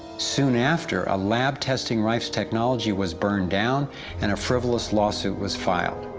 soon after, a lab testing rife's technology was burned down and a frivolous lawsuit was filed.